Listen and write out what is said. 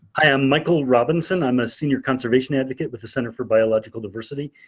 i am michael robinson. i'm a senior conservation advocate with the center for biological diversity.